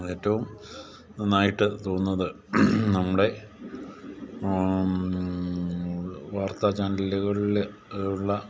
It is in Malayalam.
ഏറ്റവും നന്നായിട്ട് തോന്നുന്നത് നമ്മുടെ വാർത്താ ചാനലുകളിൽ ഉള്ള